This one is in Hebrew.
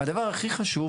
והדבר הכי חשוב,